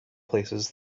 places